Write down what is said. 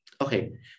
Okay